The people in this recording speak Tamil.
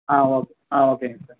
ஆ ஓகே ஆ ஓகேங்க சார்